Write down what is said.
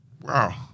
Wow